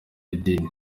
idini